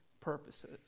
purposes